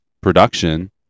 production